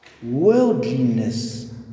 worldliness